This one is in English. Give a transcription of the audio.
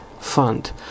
fund